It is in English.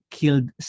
killed